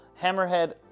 Hammerhead